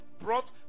brought